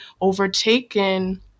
overtaken